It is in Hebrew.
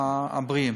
הבריאים.